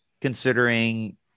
considering